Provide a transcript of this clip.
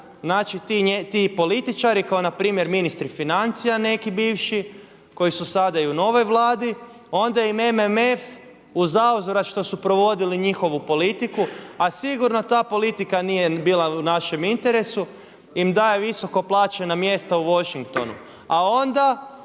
znači ti političari kao npr. ministri financija neki bivši koji su sada i u novoj Vladi onda im MMF u zauzvrat što su provodili njihovu politiku, a sigurno ta politika nije bila u našem interesu im daje visoko plaćena mjesta u Washingtonu. A onda